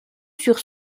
sur